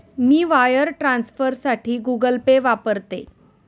मी wire ट्रान्सफरसाठी Google Pay वापरते